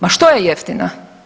Ma što je jeftina?